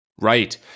Right